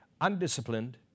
undisciplined